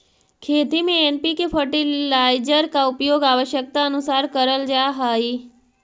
खेती में NPK fertilizer का उपयोग आवश्यकतानुसार करल जा हई